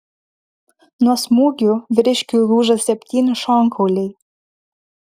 nuo smūgių vyriškiui lūžo septyni šonkauliai